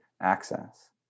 access